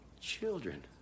Children